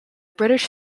british